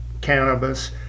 cannabis